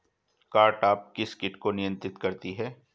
Cartap किस किट को नियंत्रित करती है?